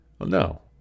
no